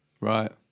right